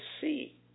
see